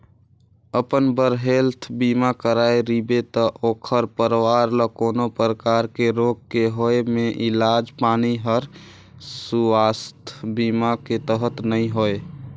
अपन बर हेल्थ बीमा कराए रिबे त ओखर परवार ल कोनो परकार के रोग के होए मे इलाज पानी हर सुवास्थ बीमा के तहत नइ होए